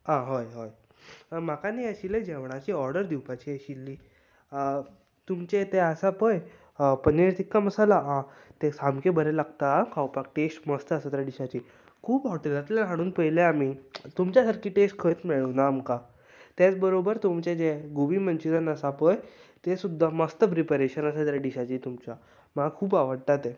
आं हय हय म्हाका न्ही आशील्लें जेवणाची ऑर्डर दिवपाची आशिल्ली तुमचें तें आसा पळय पनीर टिक्का मसाला तें सामकें बरें लागता आं खावपाक टेस्ट मस्त आसा ते डिशाची खूब हाॅटेलांतलें हाडून पळयलें आमी तुमच्या सारकी टेस्ट खंयच मेळूंक ना आमकां तेंच बरोबर तुमचे जे गोबी मन्चुरियन आसा पळय तें सुद्दां मस्त प्रिपेरेशन आसा डिशाची तुमच्या म्हाका खूब आवडटा तें